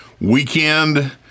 weekend